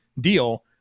deal